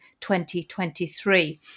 2023